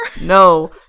No